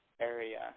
area